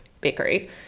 bakery